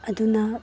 ꯑꯗꯨꯅ